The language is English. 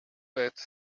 bed